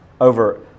over